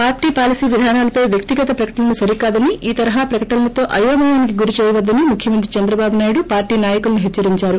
పార్లీ policy విధానాలపై వ్యక్తిగత ప్రకటనలు సరికాదని ఈ తరహా ప్రకటనలతో అయోమయానికి గురిచేయొద్దని ముఖ్యమంత్రి చంద్రబాటు నాయుడు పార్లీ నాయకులను హెచ్చరించారు